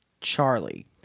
Charlie